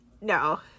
No